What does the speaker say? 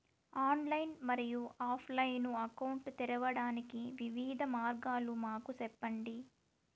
Online మరియు offline account తెరవడానికి వివిధ మార్గాలు మాకు సెప్పండి?